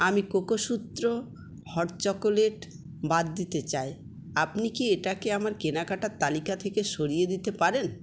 আমি কোকোসুত্র hot chocolate বাদ দিতে চাই আপনি কি এটাকে আমার কেনাকাটার তালিকা থেকে সরিয়ে দিতে পারেন